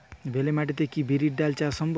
বেলে মাটিতে কি বিরির ডাল চাষ সম্ভব?